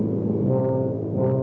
or